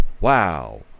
Wow